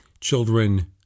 children